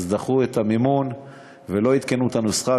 אז דחו את המימון ולא עדכנו את הנוסחה,